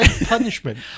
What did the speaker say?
punishment